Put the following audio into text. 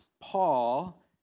Paul